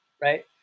right